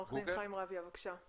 עורך הדין חיים רביה, בבקשה.